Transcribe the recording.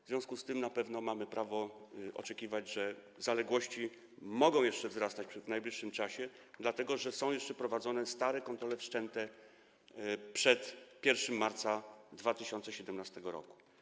W związku z tym na pewno mamy prawo oczekiwać, że zaległości mogą jeszcze wzrastać w najbliższym czasie, dlatego że są jeszcze prowadzone stare kontrole, wszczęte przed 1 marca 2017 r.